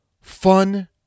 fun